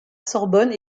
sorbonne